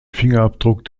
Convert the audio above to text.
fingerabdruck